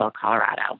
Colorado